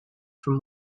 from